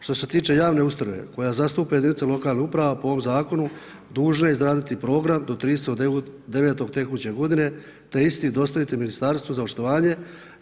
Što se tiče javne ustanove koja zastupa jedinice lokalnih uprava po ovom zakonu dužna izraditi program do 30.9. tekuće godine te isti dostaviti ministru na očitovanje.